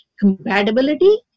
compatibility